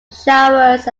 showers